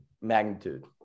magnitude